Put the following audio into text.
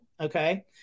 okay